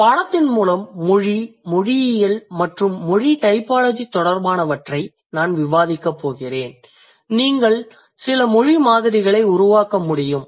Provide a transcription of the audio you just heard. இந்த பாடத்தின் மூலம் மொழி மொழியியல் மற்றும் மொழி டைபாலஜி தொடர்பானவற்றை நான் விவாதிக்கப் போகிறேன் நீங்கள் சில மொழி மாதிரிகளை உருவாக்க முடியும்